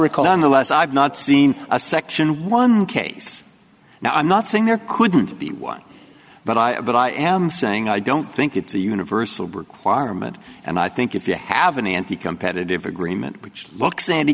the last i've not seen a section one case now i'm not saying there couldn't be one but i but i am saying i don't think it's a universal requirement and i think if you have an anti competitive agreement which looks and